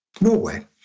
Norway